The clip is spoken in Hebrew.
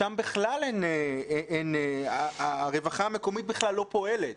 שם בכלל הרווחה המקומית בכלל לא פועלת.